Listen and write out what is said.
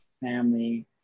family